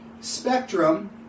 spectrum